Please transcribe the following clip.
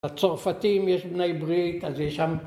הצרפתים יש בני ברית אז יש שם